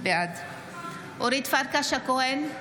בעד אורית פרקש הכהן,